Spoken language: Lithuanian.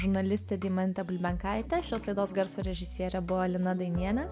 žurnalistė deimantė bulbenkaitė šios laidos garso režisierė buvo lina dainienė